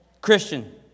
Christian